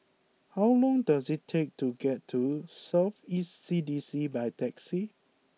how long does it take to get to South East C D C by taxi